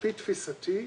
על-פי תפיסתי,